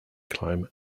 climb